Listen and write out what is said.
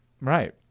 Right